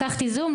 לקחתי זום,